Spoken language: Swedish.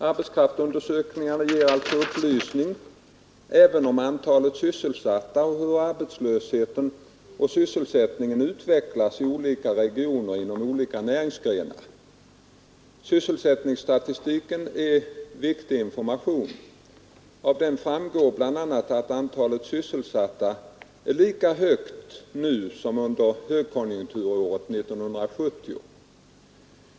Arbetskraftsundersökningarna ger allt å upplysning även om antalet sysselsatta och hur arbetslöshet och sysselsättning utvecklas i olika regioner och inom olika näringsgrenar. Sysselsättningsstatistiken är viktig information. Av den framgår bl.a. att antalet sysselsatta är lika högt nu som under högkonjunkturåret 1970.